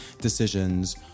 decisions